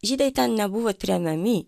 žydai ten nebuvo tremiami